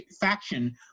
faction